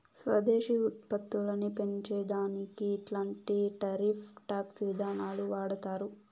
స్వదేశీ ఉత్పత్తులని పెంచే దానికి ఇట్లాంటి టారిఫ్ టాక్స్ విధానాలు వాడతారు